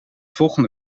volgende